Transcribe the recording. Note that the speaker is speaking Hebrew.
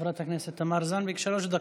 חברת הכנסת תמר זנדברג, שלוש דקות.